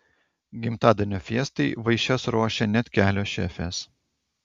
gimtadienio fiestai vaišes ruošė net kelios šefės